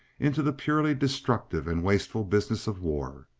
into the purely destructive and wasteful business of war.